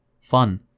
fun